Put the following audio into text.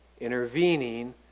intervening